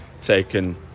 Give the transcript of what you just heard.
taken